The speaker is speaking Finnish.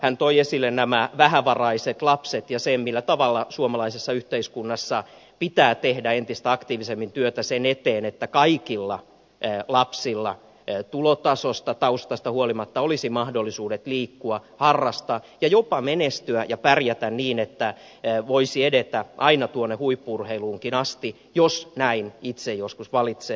hän toi esille nämä vähävaraiset lapset ja sen millä tavalla suomalaisessa yhteiskunnassa pitää tehdä entistä aktiivisemmin työtä sen eteen että kaikilla lapsilla tulotasosta taustasta huolimatta olisi mahdollisuudet liikkua harrastaa ja jopa menestyä ja pärjätä niin että voisi edetä aina tuonne huippu urheiluunkin asti jos näin itse joskus valitsee